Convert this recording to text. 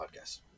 Podcast